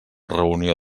reunió